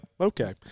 okay